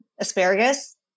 asparagus